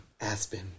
Aspen